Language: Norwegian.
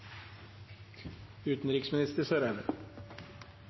utenriksminister Eriksen Søreide